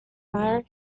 fire